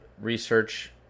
research